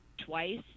twice